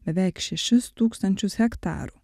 beveik šešis tūkstančius hektarų